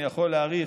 ואני יכול להאריך,